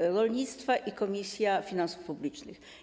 rolnictwa i Komisja Finansów Publicznych.